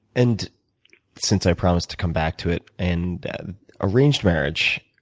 and since i promised to come back to it and arranged marriage,